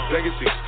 Legacy